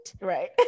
Right